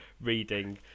reading